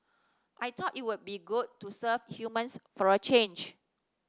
I thought it would be good to serve humans for a change